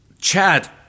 Chad